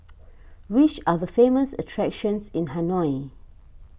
which are the famous attractions in Hanoi